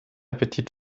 appetit